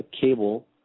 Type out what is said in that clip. cable